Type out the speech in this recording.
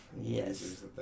Yes